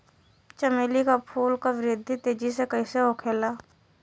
चमेली क फूल क वृद्धि तेजी से कईसे होखेला?